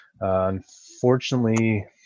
Unfortunately